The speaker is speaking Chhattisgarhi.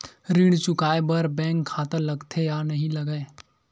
ऋण चुकाए बार बैंक खाता लगथे या नहीं लगाए?